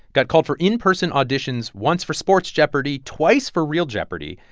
got called for in-person auditions once for sports jeopardy, twice for real jeopardy!